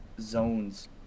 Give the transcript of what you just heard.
zones